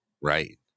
right